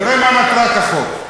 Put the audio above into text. תראה מה מטרת החוק.